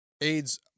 AIDS